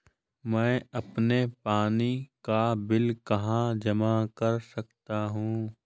मैं अपने पानी का बिल कहाँ जमा कर सकता हूँ?